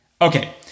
Okay